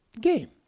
game